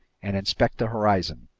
and inspect the horizon.